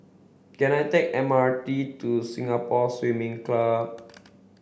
can I take the M R T to Singapore Swimming Club